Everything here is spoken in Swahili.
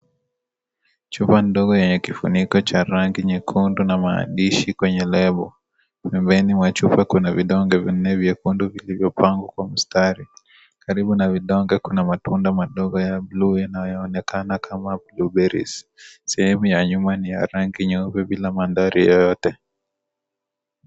Chupa ndogo yenye kifuniko cha rangi nyekundu na maandishi kwenye lebo. Pembeni mwa chupa kuna vidonge vinne vyekundu vilivyopangwa kwa mstari. Karibu na vidonge kuna matunda madogo ya buluu yanayoonekana kama blueberries . Sehemu ya nyuma ni ya rangi nyeupe bila mandhari yoyote.